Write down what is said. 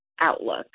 outlook